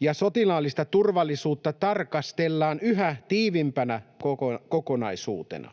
ja sotilaallista turvallisuutta tarkastellaan yhä tiiviimpänä kokonaisuutena.